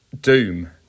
doom